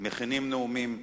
והכינו נאומים,